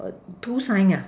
two sign ah